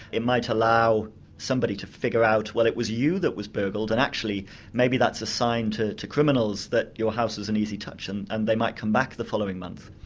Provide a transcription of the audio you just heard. it might allow somebody to figure out, well it was you that was burgled, and actually that's a sign to to criminals that your house is an easy touch, and and they might come back the following month.